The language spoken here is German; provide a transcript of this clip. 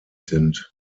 sind